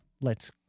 lets